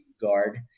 guard